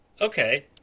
Okay